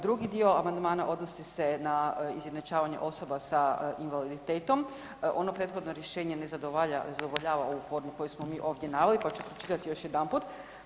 Drugi dio amandmana odnosi se na izjednačavanje osoba s invaliditetom, ono prethodno rješenje ne zadovoljava ovu formu koju smo mi ovdje naveli pa ću pročitati još jedanput.